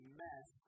mess